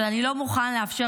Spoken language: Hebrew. אבל אני לא מוכן לאפשר